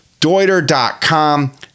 Deuter.com